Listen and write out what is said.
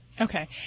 Okay